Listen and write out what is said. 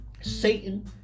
Satan